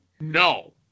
No